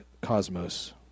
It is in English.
cosmos